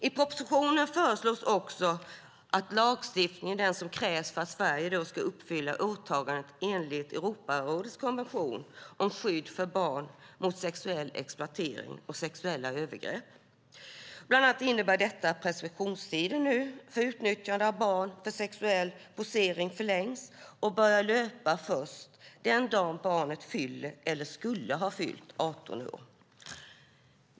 I propositionen föreslås också den lagstiftning som krävs för att Sverige ska uppfylla åtagandena enligt Europarådets konvention om skydd för barn mot sexuell exploatering och sexuella övergrepp. Bland annat innebär detta att preskriptionstiden för utnyttjande av barn för sexuell posering förlängs och börjar löpa först den dag barnet fyller eller skulle ha fyllt 18 år.